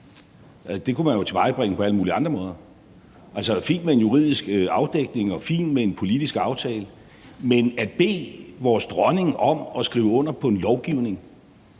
Det kunne man jo tilvejebringe på alle mulige andre måder. Altså, det er fint med en juridisk afdækning og fint med en politisk aftale – men ikke at bede vores dronning om at skrive under på en lovgivning,